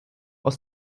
aus